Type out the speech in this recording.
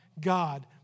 God